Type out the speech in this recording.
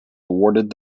awarded